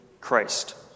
Christ